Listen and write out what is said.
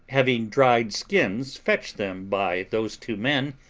having dried skins fetched them by those two men,